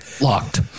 Locked